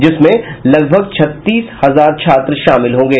जिसमें लगभग छत्तीस हजार छात्र शामिल होंगे